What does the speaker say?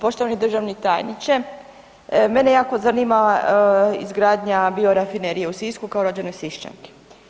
Poštovani državni tajniče mene jako zanima izgradnja biorafinerije u Sisku kao rođene Siščanke.